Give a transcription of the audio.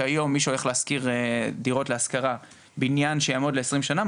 כך שהיום מי שהולך להשכיר דירות להשכרה בבניין שיעמוד ל-20 שנה,